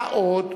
מה עוד,